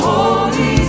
Holy